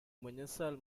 menyesal